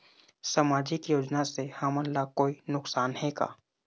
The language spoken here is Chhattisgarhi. सामाजिक योजना से हमन ला कोई नुकसान हे का?